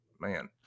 Man